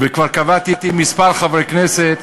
וכבר קבעתי עם כמה חברי כנסת,